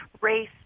race